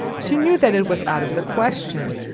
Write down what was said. she knew that it was out of the question.